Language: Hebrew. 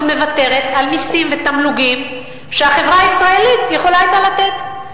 היא מוותרת על מסים ותמלוגים שהחברה הישראלית יכולה היתה לתת,